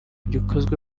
gikozwe